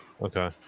Okay